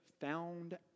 found